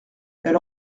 elle